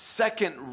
second